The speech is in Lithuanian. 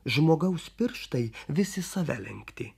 žmogaus pirštai visi į save lenkti